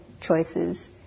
choices